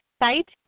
site